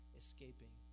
escaping